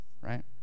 right